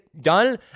done